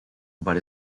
but